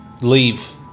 leave